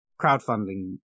crowdfunding